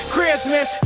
Christmas